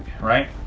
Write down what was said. right